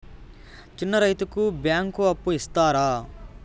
చిన్న రైతుకు బ్యాంకు అప్పు ఇస్తారా?